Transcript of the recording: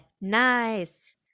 Nice